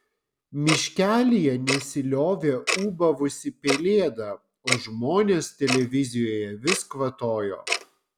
miškelyje nesiliovė ūbavusi pelėda o žmonės televizijoje vis kvatojo